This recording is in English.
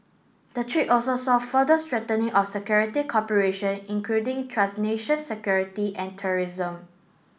the trip also saw further strengthening of security cooperation including security and terrorism